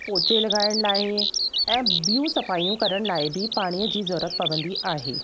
पोचे लॻाइण लाइ ऐं ॿियूं सफ़ायूं करण लाइ बि पाणीअ जी ज़रूरत पवंदी आहे